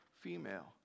female